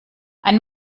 ein